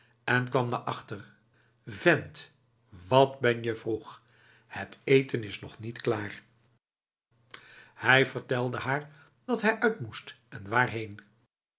en kwam naar achter vent wat ben je vroeg het eten is nog niet klaarf hij vertelde haar dat hij uit moest en waarheen